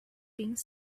pink